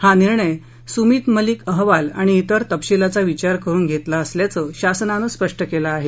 हा निर्णय सुमित मलिक अहवाल आणि इतर तपशिलाचा विचार करून घेतला असल्याचं शासनानं स्पष्ट केलंआहे